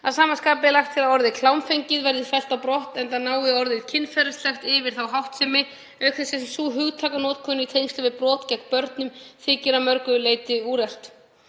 Að sama skapi er lagt til að orðið „klámfengið“ verði fellt á brott enda nái orðið „kynferðislegt“ yfir þá háttsemi auk þess sem sú hugtakanotkun í tengslum við brot gegn börnum þykir að mörgu leyti úrelt.